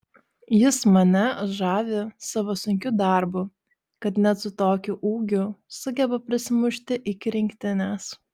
jis mane žavi savo sunkiu darbu kad net su tokiu ūgiu sugeba prasimušti iki rinktinės